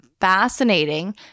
fascinating